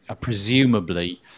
presumably